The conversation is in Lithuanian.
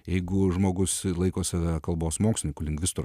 jeigu žmogus laiko save kalbos mokslinink lingvistu ar